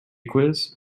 quiz